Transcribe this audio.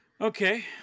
Okay